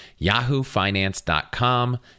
yahoofinance.com